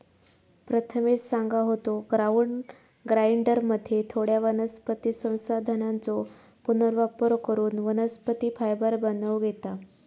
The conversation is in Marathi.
प्रथमेश सांगा होतो, ग्राउंड ग्राइंडरमध्ये थोड्या वनस्पती संसाधनांचो पुनर्वापर करून वनस्पती फायबर बनवूक येता